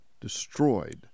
destroyed